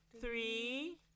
three